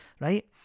right